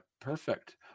perfect